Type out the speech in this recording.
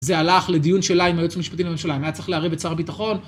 זה הלך לדיון שלה עם היועץ המשפטי לממשלה, היה צריך להראה בצהר הביטחון.